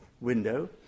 window